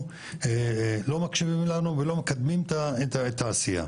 לא מקשיבים לנו ולא מקדמים את העשייה,